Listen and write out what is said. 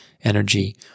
energy